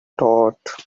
thought